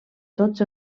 tots